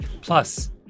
Plus